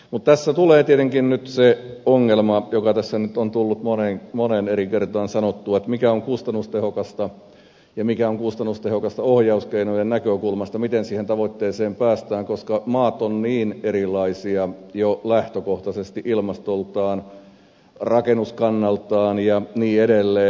mutta tässä tulee tietenkin nyt se ongelma joka tässä nyt on tullut moneen eri kertaan sanottua mikä on kustannustehokasta ja mikä on kustannustehokasta ohjauskeinojen näkökulmasta miten siihen tavoitteeseen päästään koska maat ovat niin erilaisia jo lähtökohtaisesti ilmastoltaan rakennuskannaltaan ja niin edelleen